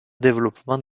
développements